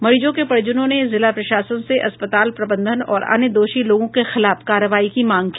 मरीजों के परिजनों ने जिला प्रशासन से अस्पताल प्रबंधन और अन्य दोषी लोगों के खिलाफ कार्रवाई की मांग की